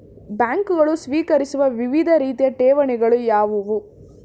ಬ್ಯಾಂಕುಗಳು ಸ್ವೀಕರಿಸುವ ವಿವಿಧ ರೀತಿಯ ಠೇವಣಿಗಳು ಯಾವುವು?